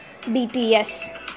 BTS